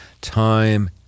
time